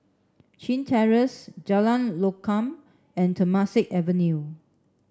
Chin Terrace Jalan Lokam and Temasek Avenue